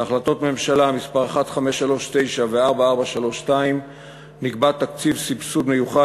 בהחלטות הממשלה מס' 1539 ו-4432 נקבע תקציב סבסוד מיוחד